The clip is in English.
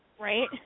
right